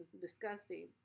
Disgusting